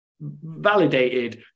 validated